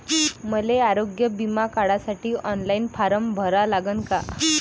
मले आरोग्य बिमा काढासाठी ऑनलाईन फारम भरा लागन का?